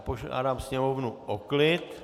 Požádám sněmovnu o klid!